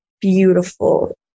beautiful